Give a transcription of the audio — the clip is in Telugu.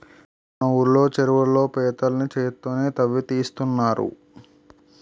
మన ఊళ్ళో చెరువుల్లో పీతల్ని చేత్తోనే తవ్వి తీస్తున్నారు